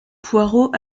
poirot